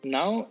Now